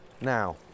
now